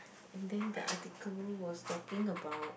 and then the article was talking about